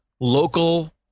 local